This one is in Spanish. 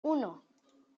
uno